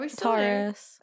Taurus